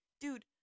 Dude